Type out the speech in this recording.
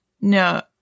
No